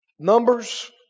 Numbers